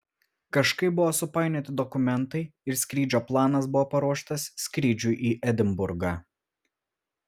kažkaip buvo supainioti dokumentai ir skrydžio planas buvo paruoštas skrydžiui į edinburgą